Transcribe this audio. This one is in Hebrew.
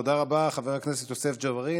תודה רבה, חבר הכנסת יוסף ג'בארין.